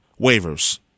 waivers